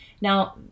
Now